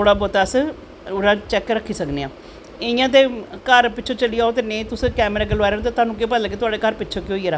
थोह्ड़ा बौह्ता अस चैक्क रक्खी सकने आं इयां ते घर पिच्छें चली जाओ नेंई तुसें अग्गैं कैमरा लोआए दा होग ते तोआनू केह् पता लग्गग कि तुआढ़े घर पिच्छें केह् होई गेदा